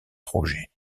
projets